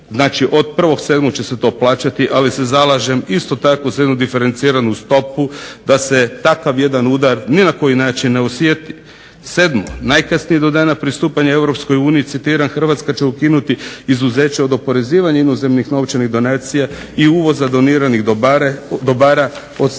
Znači od 1.7. će se to plaćati, ali se zalažem isto ako za jednu diferenciranu stopu da se takav jedan udar ni na koji način ne osjeti. Sedmo, najkasnije do dana pristupanja Europskoj uniji, citiram, Hrvatska će ukinuti izuzeće od oporezivanja inozemnih novčanih donacija i uvoza doniranih dobara od strane